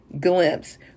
glimpse